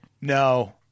No